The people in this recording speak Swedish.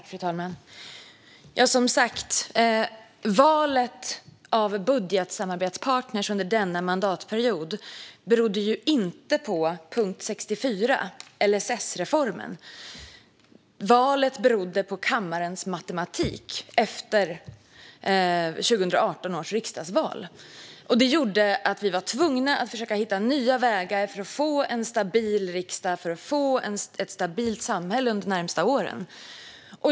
Fru talman! Som sagt: Valet av budgetsamarbetspartner under denna mandatperiod berodde inte på punkt 64, LSS-reformen. Valet berodde på kammarens matematik efter 2018 års riksdagsval. Den gjorde att vi var tvungna att försöka hitta nya vägar för att få en stabil riksdag och ett stabilt samhälle under de närmaste åren.